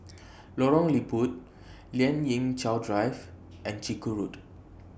Lorong Liput Lien Ying Chow Drive and Chiku Road